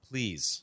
Please